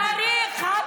בגלל אנשים כאלה צריך הכרה,